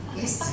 yes